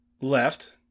left